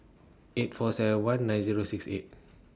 eight four seven one nine Zero six eight